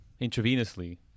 intravenously